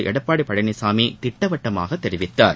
எடப்பாடி பழனிசாமி திட்டவட்டமாக தெரிவித்தார்